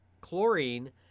chlorine